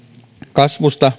kasvusta